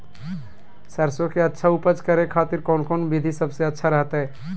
सरसों के अच्छा उपज करे खातिर कौन कौन विधि सबसे अच्छा रहतय?